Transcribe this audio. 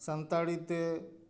ᱥᱟᱱᱛᱟᱲᱤ ᱛᱮ